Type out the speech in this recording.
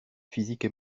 physiques